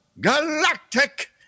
galactic